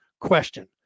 question